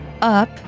up